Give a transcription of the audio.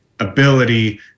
Ability